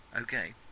Okay